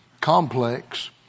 complex